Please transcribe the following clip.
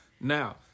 Now